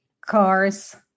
cars